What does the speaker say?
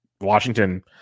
Washington